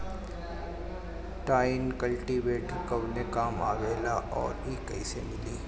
Tine cultivator कवने काम आवेला आउर इ कैसे मिली?